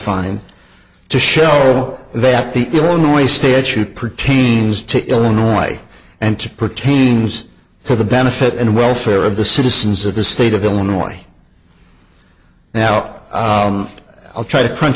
find to cheryl that the illinois state should pertains to illinois and pertains to the benefit and welfare of the citizens of the state of illinois now i'll try to crunch